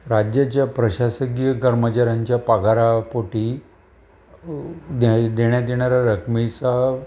राज्याच्या प्रशासगीय कर्मचारांच्या पागारापोटी दे देण्यात देणारा रकमेचा